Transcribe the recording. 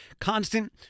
constant